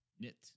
Knit